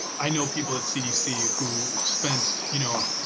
i know people at cdc who spent, you know,